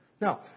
Now